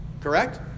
Correct